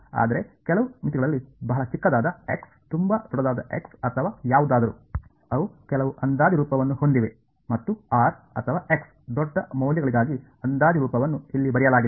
ಆದರೆ ಕೆಲವು ಮಿತಿಗಳಲ್ಲಿ ಬಹಳ ಚಿಕ್ಕದಾದ ಎಕ್ಸ್ ತುಂಬಾ ದೊಡ್ಡದಾದ ಎಕ್ಸ್ ಅಥವಾ ಯಾವುದಾದರೂ ಅವು ಕೆಲವು ಅಂದಾಜು ರೂಪವನ್ನು ಹೊಂದಿವೆ ಮತ್ತು ಆರ್ ಅಥವಾ ಎಕ್ಸ್ ನ ದೊಡ್ಡ ಮೌಲ್ಯಗಳಿಗಾಗಿ ಅಂದಾಜು ರೂಪವನ್ನು ಇಲ್ಲಿ ಬರೆಯಲಾಗಿದೆ